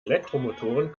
elektromotoren